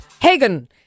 Hagen